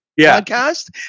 podcast